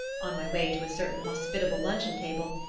on my way to a certain hospitable luncheon-table,